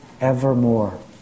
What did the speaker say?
evermore